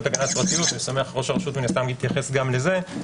הגנת הפרטיות - אני בטוח שראש הרשות יתייחס גם לזה,